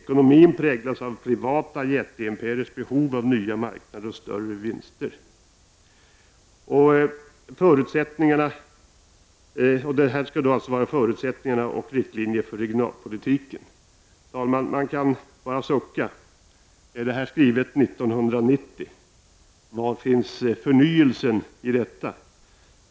Ekonomin präglas alltmer av privata jätteimperiers behov av nya marknader och större vinster.” Det här skulle alltså vara ”Förutsättningarna och riktlinjerna för regionalpolitiken.” Man kan bara sucka. Är detta skrivet 1990? Var finns förnyelsen?